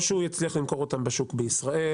או שהוא יצליח למכור אותן בשוק בישראל